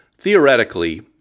theoretically